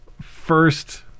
first